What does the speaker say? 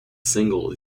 single